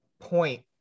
point